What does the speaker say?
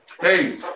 Hey